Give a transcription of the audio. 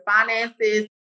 finances